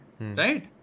right